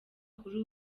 kuri